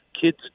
Kids